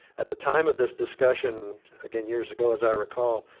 at the time of this discussion, again, years ago, as i recall,